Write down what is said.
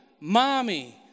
mommy